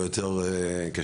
לא יותר קשה.